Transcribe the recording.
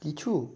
কিছু